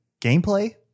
gameplay